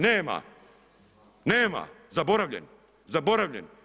Nema, nema, zaboravljen, zaboravljen.